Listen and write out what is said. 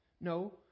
no